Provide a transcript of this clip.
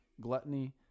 gluttony